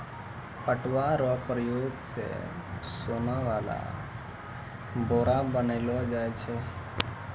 पटुआ रो प्रयोग से सोन वाला बोरा बनैलो जाय छै